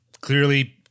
Clearly